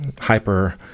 hyper